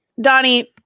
Donnie